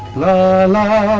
la la